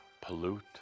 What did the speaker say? pollute